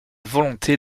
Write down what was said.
volonté